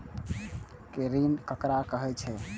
ऋण ककरा कहे छै?